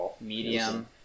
medium